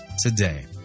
today